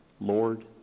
Lord